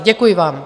Děkuji vám.